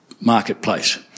marketplace